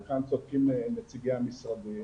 וכאן צודקים נציגי המשרדים